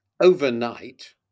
overnight